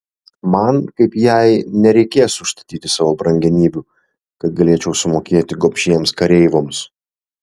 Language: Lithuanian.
man kaip jai nereikės užstatyti savo brangenybių kad galėčiau sumokėti gobšiems kareivoms